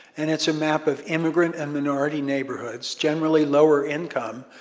and it's a map of immigrant and minority neighborhoods, generally lower income.